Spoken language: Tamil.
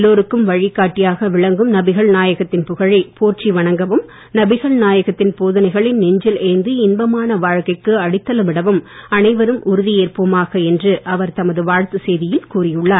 எல்லோருக்கும் வழிகாட்டியாக விளங்கும் நபிகள் நாயகத்தின் புகழை போற்றி வணங்கவும் நபிகள் நாயகத்தின் போதனைகளை நெஞ்சில் ஏந்தி இன்பமான வாழ்க்கைக்கு அடித்தளம் இடவும் அனைவரும் உறுதியேற்போமாக என்று அவர் தமது வாழ்த்துச் செய்தியில் கூறி உள்ளார்